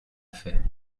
fait